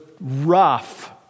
rough